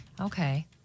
okay